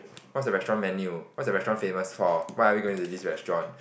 what's the restaurant menu what's the restaurant famous for why are we going to this restaurant